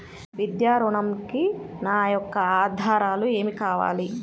విద్యా ఋణంకి నా యొక్క ఆధారాలు ఏమి కావాలి?